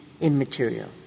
immaterial